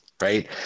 right